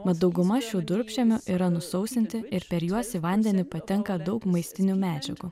mat dauguma šių durpžemio yra nusausinti ir per juos į vandenį patenka daug maistinių medžiagų